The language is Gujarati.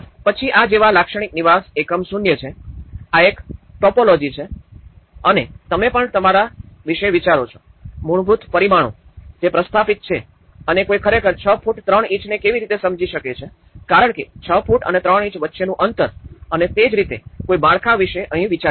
પછી આ જેવા લાક્ષણિક નિવાસ એકમ શૂન્ય છે આ એક ટાઇપોલોજી છે અને તમે પણ તમારા વિષે વિચારો છો મૂળભૂત પરિમાણો જે પ્રસ્થાપિત છે અને કોઈ ખરેખર ૬ ફૂટ ૩ ઇંચને કેવી રીતે સમજી શકે છે કારણ કે ૬ ફૂટ અને ૩ ઇંચ વચ્ચેનું અંતર અને તે જ રીતે કોઈ માળખા વિશે અહીં વિચારી શકાય